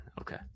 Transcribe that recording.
Okay